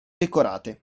decorate